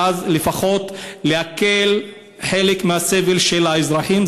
ואז לפחות להקל חלק מהסבל של האזרחים?